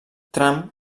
tram